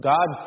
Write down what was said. God